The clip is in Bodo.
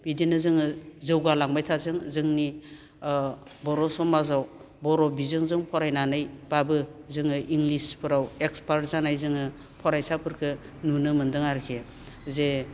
बिदिनो जोङो जौगालांबाय थाथों जोंनि बर' समाजाव बर' बिजोंजों फरायनानैब्लाबो जोङो इंलिसफोराव एक्सपार्ट जानाय जोङो फरायसाफोरखो नुनो मोन्दों आरोखि जे